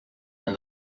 and